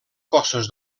cossos